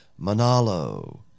manalo